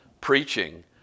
preaching